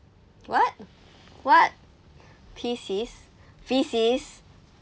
what what faeces faeces